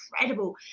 incredible